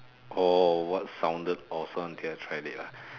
oh what sounded awesome until I tried it ah